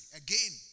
again